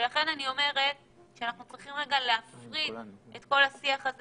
לכן, אנחנו צריכים להפריד את כל השיח הזה